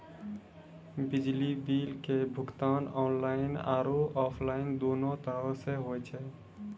बिजली बिल के भुगतान आनलाइन आरु आफलाइन दुनू तरहो से होय छै